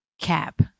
Cap